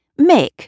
Mick